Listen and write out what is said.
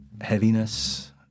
heaviness